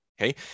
okay